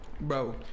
bro